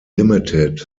ltd